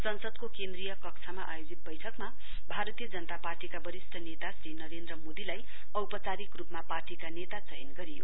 संसदको केन्द्रीय कक्षमा आयोजित वैठकमा भारतीय जनता पार्टीका वरिष्ट नेता श्री नरेन्द्र मोदीलाई औपचारिक रुपमा पार्टीका नेता चयन गरिय